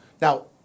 Now